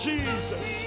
Jesus